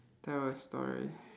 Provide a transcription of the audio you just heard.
tell a story